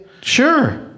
Sure